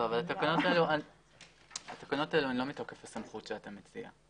התקנות האלה הן לא מתוקף הסמכות שאתה מציע.